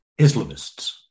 Islamists